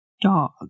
dog